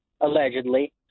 allegedly